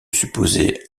supposer